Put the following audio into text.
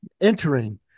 entering